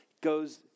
goes